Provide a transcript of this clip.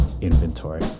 inventory